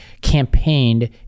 campaigned